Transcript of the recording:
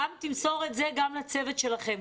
תמסור את זה גם לצוות שלכם,